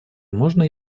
можно